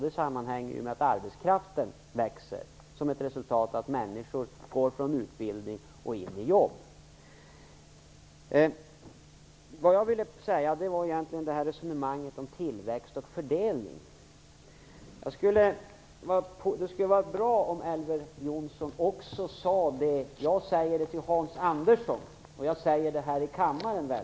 Det sammanhänger med att arbetskraften växer som ett resultat av att människor går från utbildning in i jobb. Jag vill säga något om resonemanget om tillväxt och fördelning. Det krävs faktiskt också fördelning för att åstadkomma tillväxt. Jag sade det mycket tydligt till Hans Andersson här i kammaren.